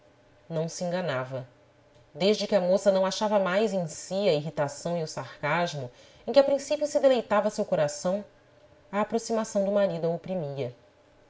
não se enganava desde que a moça não achava mais em si a irritação e o sarcasmo em que a princípio se deleitava seu coração a aproximação do marido a oprimia